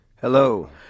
Hello